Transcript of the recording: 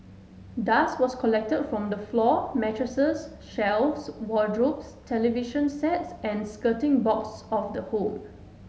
dust was collected from the floor mattresses shelves wardrobes television sets and skirting boards of the home